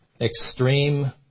extreme